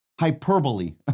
hyperbole